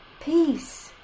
peace